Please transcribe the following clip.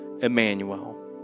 Emmanuel